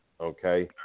okay